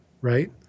right